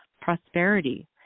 prosperity